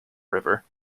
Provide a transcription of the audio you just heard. river